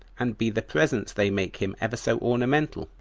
and be the presents they make him ever so ornamental,